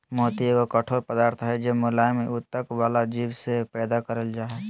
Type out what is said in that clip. मोती एगो कठोर पदार्थ हय जे मुलायम उत्तक वला जीव से पैदा करल जा हय